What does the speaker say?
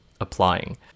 applying